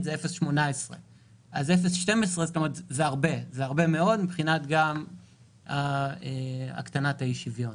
הוא 0.18%. כלומר 0.12% זה הרבה מאוד גם מבחינת הקטנת האי-שוויון.